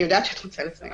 אני יודעת שאת רוצה לסיים.